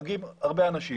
מגיעים הרבה אנשים